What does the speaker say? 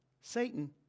Satan